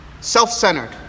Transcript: self-centered